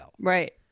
Right